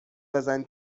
بزن